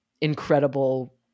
incredible